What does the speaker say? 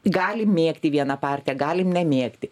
galim mėgti vieną partiją galim nemėgti